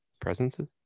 Presences